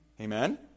Amen